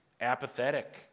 apathetic